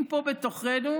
אם פה, בתוכנו,